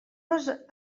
les